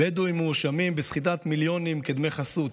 "בדואים מואשמים בסחיטת מיליונים כ'דמי חסות'.